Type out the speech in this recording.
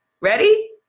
ready